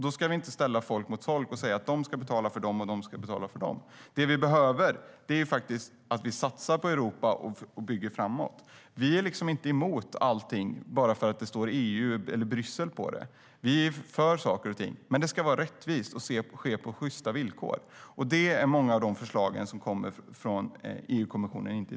Då ska vi inte ställa folk mot folk och säga att vissa ska betala för vissa andra och tvärtom. Det vi behöver göra är att satsa på Europa och bygga för framtiden. Vi är inte emot allting bara för att det står EU eller Bryssel på det. Vi är för saker och ting, men det ska vara rättvist och ske på sjysta villkor. Så är det inte med många av de förslag som i dag kommer från EU-kommissionen.